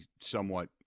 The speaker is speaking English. somewhat